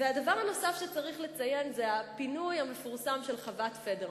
והדבר הנוסף שצריך לציין זה הפינוי המפורסם של חוות-פדרמן.